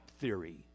theory